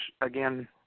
again